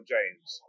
James